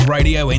Radio